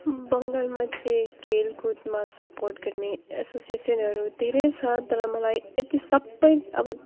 बङ्गालमा चाहिँ खेलकुदमा सपोर्ट गर्ने एसोसिएसनहरू धेरै छ तर मलाई यति सबै अब